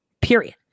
period